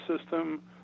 system